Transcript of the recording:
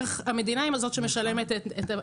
אחר כך המדינה היא זאת שמשלמת את בעיות